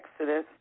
Exodus